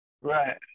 Right